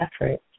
effort